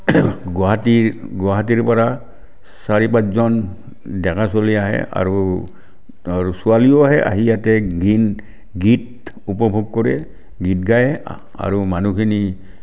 গুৱাহাটী গুৱাহাটীৰ পৰা চাৰি পাঁচজন ডেকা চলি আহে আৰু ছোৱালীও আহে আহি ইয়াতে গীন গীত উপভোগ কৰে গীত গায় আৰু মানুহখিনি